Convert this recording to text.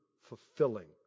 fulfilling